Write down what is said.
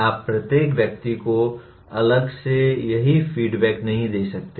आप प्रत्येक व्यक्ति को अलग से यह फीडबैक नहीं दे सकते